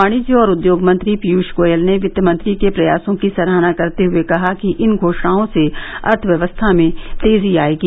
वाणिज्य और उद्योग मंत्री पीयूष गोयल ने वित्तमंत्री के प्रयासों की सराहना करते हुए कहा कि इन घोषणओं से अर्थव्यवस्था में तेजी आएगी